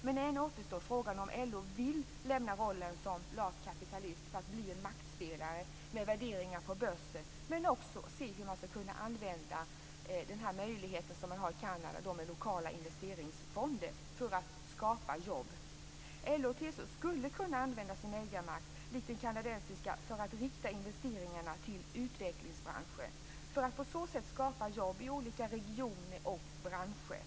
Men ännu återstår frågan om LO vill lämna rollen som lat kapitalist för att bli en maktspelare med värderingar på börsen men också se hur man skall kunna använda möjligheten man har i Kanada med lokala investeringsfonder för att skapa jobb. LO och TCO skulle kunna använda sin ägarmakt som i det kanadensiska fallet för att rikta investeringarna till utvecklingsbranschen för att på så sätt skapa jobb i olika regioner och branscher.